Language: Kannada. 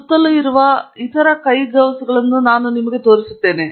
ಸುತ್ತಲೂ ಇರುವ ಇತರ ಕೈಗವಸುಗಳನ್ನು ನಾನು ನಿಮಗೆ ತೋರಿಸುತ್ತೇನೆ